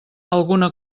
alguna